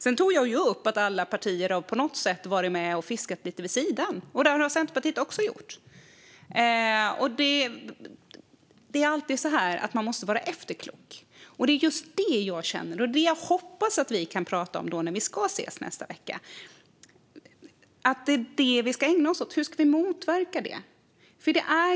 Sedan tog jag upp att alla partier på något sätt har varit med och fiskat lite grann vid sidan. Det har Centerpartiet också gjort. Man måste alltid vara efterklok. Då hoppas jag att det som vi ska prata om när vi ska ses i nästa vecka är det som vi ska ägna oss åt och motverka detta.